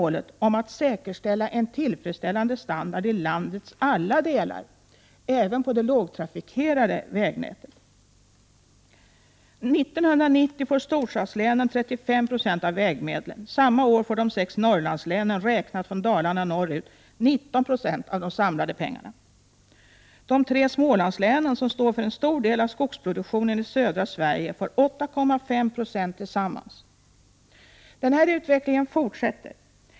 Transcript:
1988/89:107 tillfredsställande standard i landets alla delar, även på det lågtrafikerade 2 maj 1989 vägnätet. 1990 får storstadslänen 35 96 av vägmedlen, och samma år får de sex Norrlandslänen — räknat från Dalarna och norrut — 19 960 av alla pengar. De tre Smålandslänen, som står för en stor del av skogsproduktionen i södra Sverige, får 8,5 26 tillsammans. Den här utvecklingen fortsätter.